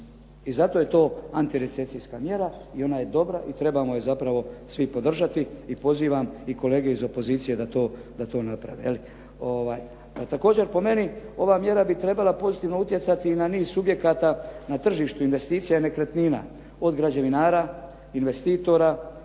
I zato je to antirecesijska mjera i ona je dobra i trebamo je zapravo svi podržati i pozivam i kolege iz opozicije da to naprave. Pa također po meni ova mjera bi trebala pozitivno utjecati i na niz subjekata na tržištu investicija i nekretnina. Od građevinara, investitora,